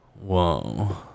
Whoa